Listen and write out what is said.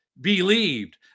Believed